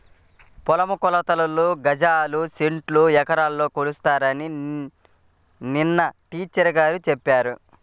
పొలం కొలతలు గజాల్లో, సెంటుల్లో, ఎకరాల్లో కొలుస్తారని నిన్న టీచర్ గారు చెప్పారు